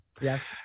Yes